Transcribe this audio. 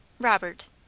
Robert